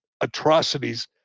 atrocities